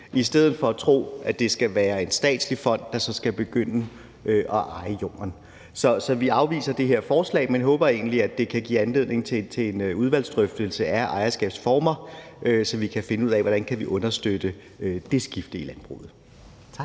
i stedet for at tro, at det skal være en statslig fond, der så skal begynde at eje jorden. Så vi afviser det her forslag, men håber egentlig, at det kan give anledning til en udvalgsdrøftelse af ejerskabsformer, så vi kan finde ud af, hvordan vi kan understøtte det skifte i landbruget. Tak.